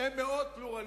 הם מאוד פלורליסטיים,